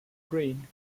green